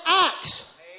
acts